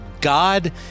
God